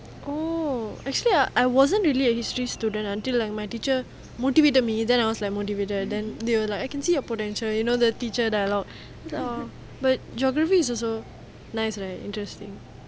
oh actually I wasn't really a history student until like my teacher motivated me then I was like motivated then they were like I can see your potential you know the teacher dialogue but geography is also nice right interesting